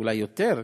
אולי יותר,